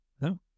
no